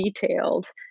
detailed